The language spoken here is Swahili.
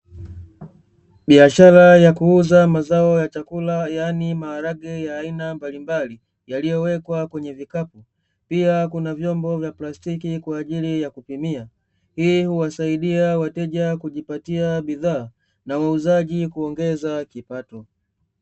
Biashara ya kuuza mazao ya chakula, yaani maharage ya aina mbalimbali yaliyowekwa kwenye vikapu, pia kuna vyombo vya plastiki kwa ajili ya kupimia. Hii huwasaidia wateja kujipatia bidhaa na wauzaji kuongeza kipato.